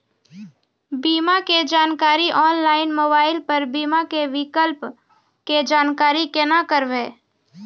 बीमा के जानकारी ऑनलाइन मोबाइल पर बीमा के विकल्प के जानकारी केना करभै?